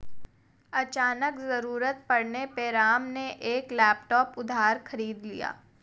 अचानक ज़रूरत पड़ने पे राम ने एक लैपटॉप उधार खरीद लिया